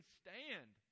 stand